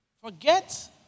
Forget